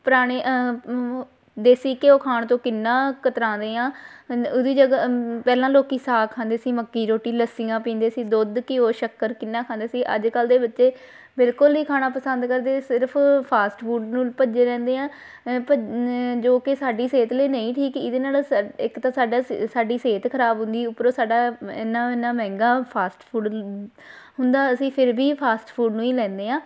ਪੁਰਾਣੇ ਦੇਸੀ ਘਿਓ ਖਾਣ ਤੋਂ ਕਿੰਨਾ ਕਤਰਾਉਂਦੇ ਹਾਂ ਅ ਨ ਉਹਦੀ ਜਗ੍ਹਾ ਪਹਿਲਾਂ ਲੋਕੀਂ ਸਾਗ ਖਾਂਦੇ ਸੀ ਮੱਕੀ ਰੋਟੀ ਲੱਸੀਆਂ ਪੀਂਦੇ ਸੀ ਦੁੱਧ ਘਿਓ ਸ਼ੱਕਰ ਕਿੰਨਾ ਖਾਂਦੇ ਸੀ ਅੱਜ ਕੱਲ੍ਹ ਦੇ ਬੱਚੇ ਬਿਲਕੁਲ ਨਹੀਂ ਖਾਣਾ ਪਸੰਦ ਕਰਦੇ ਸਿਰਫ ਫਾਸਟ ਫੂਡ ਨੂੰ ਭੱਜੇ ਰਹਿੰਦੇ ਆ ਭ ਜੋ ਕਿ ਸਾਡੀ ਸਿਹਤ ਲਈ ਨਹੀਂ ਠੀਕ ਇਹਦੇ ਨਾਲ ਸਾ ਇੱਕ ਤਾਂ ਸਾਡਾ ਸਾਡੀ ਸਿਹਤ ਖਰਾਬ ਹੁੰਦੀ ਉਪਰੋਂ ਸਾਡਾ ਇੰਨਾ ਇੰਨਾ ਮਹਿੰਗਾ ਫਾਸਟ ਫੂਡ ਹੁੰਦਾ ਅਸੀਂ ਫਿਰ ਵੀ ਫਾਸਟ ਫੂਡ ਨੂੰ ਹੀ ਲੈਂਦੇ ਹਾਂ